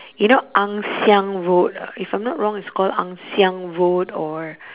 you know ann siang road ah if I'm not wrong it's called ann siang road or